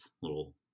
little